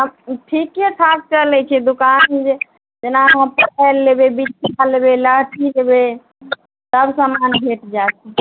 ठीके ठाक चलय छै दुकान जे जेना अहाँ पाओल लेबय बिछिआ लेबय लहठी लेबय सब सामान भेट जाइ छै